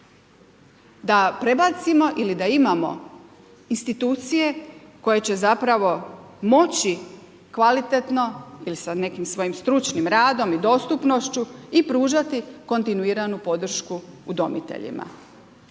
da prebacimo ili da imamo institucije koje će zapravo moći kvalitetno ili sa nekim svojim stručnim radom i dostupnošću i pružati kontinuiranu podršku udomiteljima.